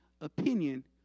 opinion